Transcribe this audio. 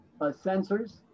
sensors